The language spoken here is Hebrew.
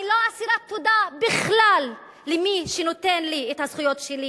אני לא אסירת תודה בכלל למי שנותן לי את הזכויות שלי.